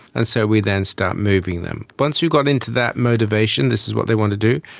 and so we then start moving them. once we've got into that motivation, this is what they want to do,